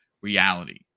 reality